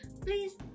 please